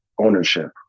ownership